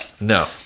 no